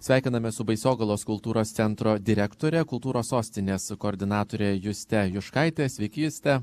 sveikiname su baisogalos kultūros centro direktore kultūros sostinės koordinatore juste juškaite sveiki juste